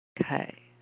Okay